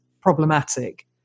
problematic